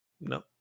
No